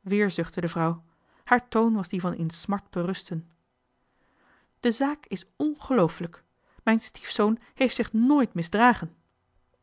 weer zuchtte de vrouw haar toon was die van insmart berusten de zaak is ongeloofelijk mijn stiefzoon heeft zich nooit misdragen